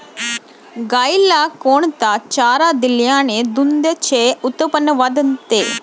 गाईला कोणता चारा दिल्याने दुधाचे उत्पन्न वाढते?